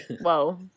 Whoa